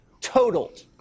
totaled